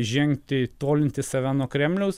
žengti tolinti save nuo kremliaus